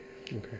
Okay